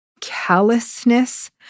callousness